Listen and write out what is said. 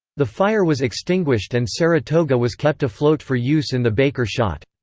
the fire was extinguished and saratoga was kept afloat for use in the baker shot.